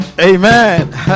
amen